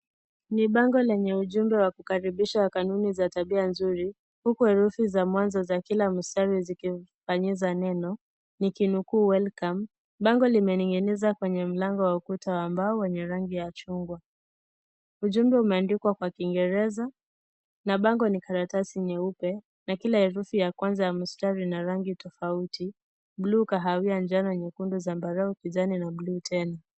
Ni bango lenye ujumbe wa kukaribisha wa kanuni za tabia nzuri huku herufi za mwanzo za kila mstari zikifanyiza neno nikinukuu welcome . Bango limeninginizwa kwenye mlango wa ukuta wa mbao wenye rangi ya chungwa, ujumbe umeandikwa kwa kiingereza na bango ni karatasi nyeupe na kila herufi ya kwanza ya mstari lina rangi tofauti bluu, kahawia , njano, nyekundu, zambarau, kijani na bluu tena.